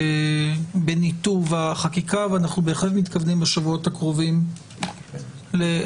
בניתוב החקיקה ואנחנו בהחלט מתכוונים בשבועות הקרובים לטפל